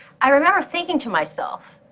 i remember thinking to myself,